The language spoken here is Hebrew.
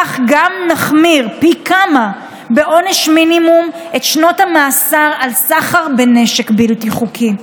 כך גם נחמיר פי כמה בעונש מינימום את שנות המאסר על סחר בנשק בלתי חוקי.